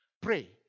Pray